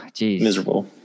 Miserable